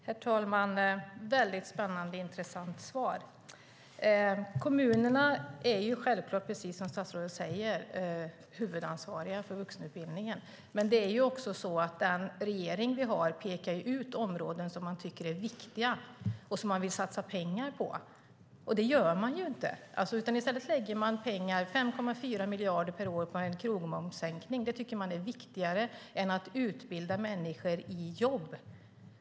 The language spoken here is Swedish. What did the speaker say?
Herr talman! Det var ett mycket spännande och intressant svar. Kommunerna är, precis som statsrådet säger, självklart huvudansvariga för vuxenutbildningen, men den regering vi har pekar ut områden som man tycker är viktiga och vill satsa pengar på. Men det gör man inte. I stället lägger man pengar, 5,4 miljarder per år, på en sänkning av krogmomsen. Det tycker man är viktigare än att utbilda människor i jobb.